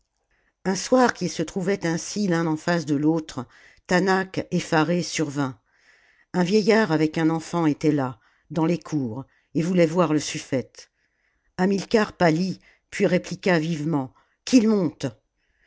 un soir qu ils se trouvaient ainsi l'un en face de l'autre taanach effarée survint un vieillard avec un enfant était là dans les cours et voulait voir le sufpète hamilcar pâlit puis répliqua vivement qu'il monte